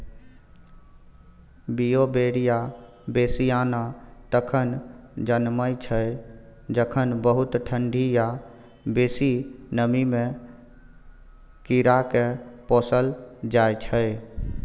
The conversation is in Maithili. बीउबेरिया बेसियाना तखन जनमय छै जखन बहुत ठंढी या बेसी नमीमे कीड़ाकेँ पोसल जाइ छै